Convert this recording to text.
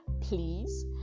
please